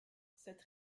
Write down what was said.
cette